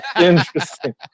interesting